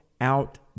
out